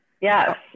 yes